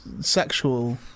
sexual